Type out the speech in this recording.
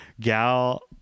gal